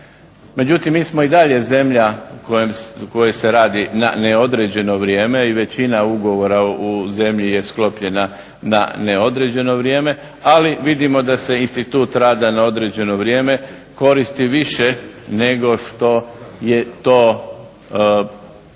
Međutim mi smo i dalje zemlja u kojoj se radi na neodređeno vrijeme i većina ugovora u zemlji je sklopljena na neodređeno vrijeme ali vidimo da se institut rada na određeno vrijeme koristi više nego što je to zamisli